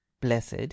blessed